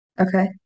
Okay